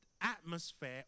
atmosphere